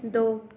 दो